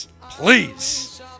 please